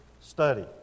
study